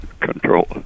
control